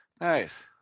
Nice